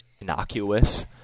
innocuous